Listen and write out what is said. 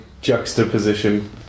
juxtaposition